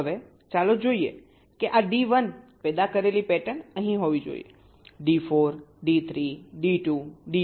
હવે ચાલો જોઈએ કે આ D1 પેદા કરેલી પેટર્ન અહીં હોવી જોઈએ ડી 4 ડી 3 ડી 2 ડી 1